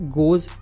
goes